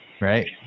Right